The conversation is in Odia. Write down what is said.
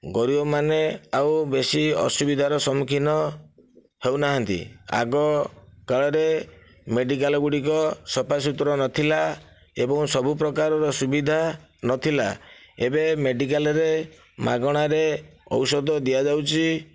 ଗରିବ ମାନେ ଆଉ ବେଶି ଅସୁବିଧାର ସମ୍ମୁଖିନ ହେଉନାହାନ୍ତି ଆଗ କାଳରେ ମେଡ଼ିକାଲ ଗୁଡ଼ିକ ସଫା ସୁତୁରା ନଥିଲା ଏବଂ ସବୁ ପ୍ରକାରର ସୁବିଧା ନଥିଲା ଏବେ ମେଡ଼ିକାଲରେ ମାଗଣାରେ ଔଷଧ ଦିଆଯାଉଛି